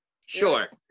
Sure